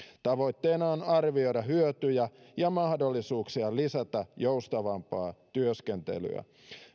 tavoitteena on arvioida hyötyjä ja ja mahdollisuuksia lisätä joustavampaa työskentelyä